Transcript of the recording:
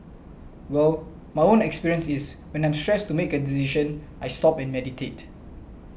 well my own experience is when I'm stressed to make a decision I stop and meditate